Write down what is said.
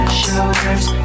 shoulders